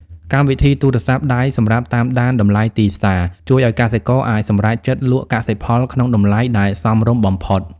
កម្មវិធីទូរស័ព្ទដៃសម្រាប់តាមដានតម្លៃទីផ្សារ ជួយឱ្យកសិករអាចសម្រេចចិត្តលក់កសិផលក្នុងតម្លៃដែលសមរម្យបំផុត។